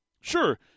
Sure